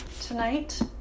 tonight